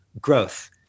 growth